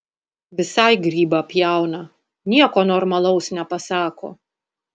visai grybą pjauna nieko normalaus nepasako